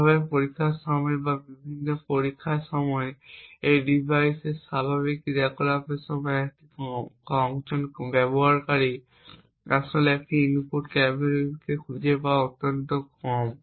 এইভাবে পরীক্ষার সময় বা বিভিন্ন পরীক্ষার সময় বা এই ডিভাইসের স্বাভাবিক ক্রিয়াকলাপের সময় একজন ব্যবহারকারী আসলে একটি ইনপুট ক্যাফেবিফ খুঁজে পাওয়ার সম্ভাবনা অত্যন্ত কম